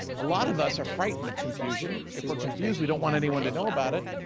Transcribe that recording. a lot of us are frightened of confusion. if we're confused we don't want anyone to know about it.